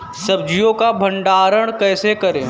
सब्जियों का भंडारण कैसे करें?